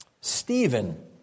Stephen